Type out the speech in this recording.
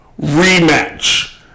rematch